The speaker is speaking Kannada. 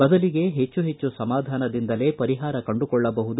ಬದಲಿಗೆ ಹೆಚ್ಚು ಹೆಚ್ಚು ಸಮಾಧಾನದಿಂದಲೇ ಪರಿಹಾರ ಕಂಡುಕೊಳ್ಳಬಹುದು